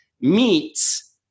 meets